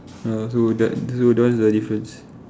ya so that one is the difference